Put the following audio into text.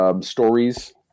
stories